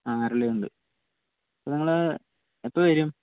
ആ അരളിയുണ്ട് അപ്പോൾ നിങ്ങള് എപ്പോൾ വരും